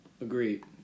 Agreed